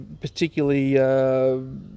particularly